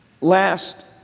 last